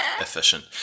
efficient